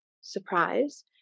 surprise